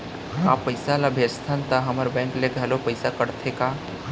का पइसा ला भेजथन त हमर बैंक ले घलो पइसा कटथे का?